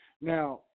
Now